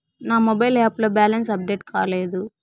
నా mobile app లో balance update కాలేదు